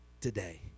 today